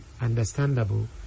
understandable